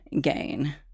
gain